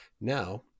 Now